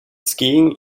skiing